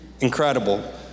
Incredible